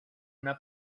una